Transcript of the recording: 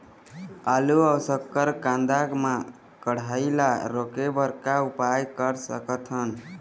आलू अऊ शक्कर कांदा मा कढ़ाई ला रोके बर का उपाय कर सकथन?